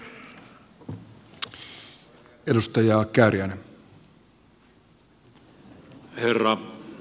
arvoisa herra puhemies